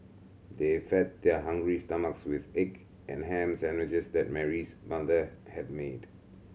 they fed their hungry stomachs with egg and ham sandwiches that Mary's mother had made